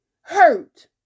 hurt